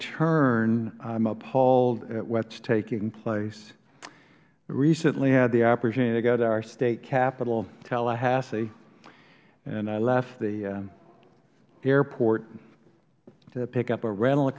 turn i'm appalled at what's taking place recently i had the opportunity to go to our state capitol tallahassee and i left the airport to pick up a rental